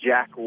Jack